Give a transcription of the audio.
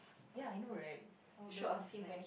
ya I know right I would love some snack